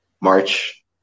March